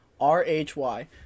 R-H-Y